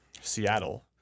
Seattle